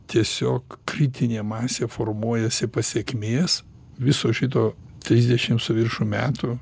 tiesiog kritinė masė formuojasi pasekmės viso šito trisdešim su viršum metų